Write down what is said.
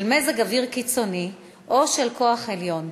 של מזג אוויר קיצוני או של כוח עליון,